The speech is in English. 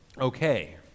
okay